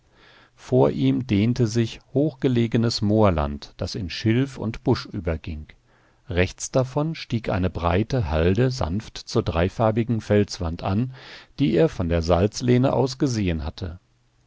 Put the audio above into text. vor ihm dehnte sich hochgelegenes moorland das in schilf und busch überging rechts davon stieg eine breite halde sanft zur dreifarbigen felswand an die er von der salzlehne aus gesehen hatte